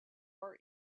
our